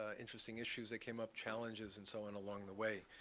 ah interesting issues that came up, challenges and so on along the way.